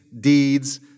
deeds